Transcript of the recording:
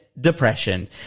Depression